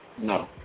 No